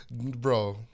Bro